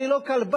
אני לא כלבה.